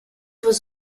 was